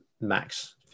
max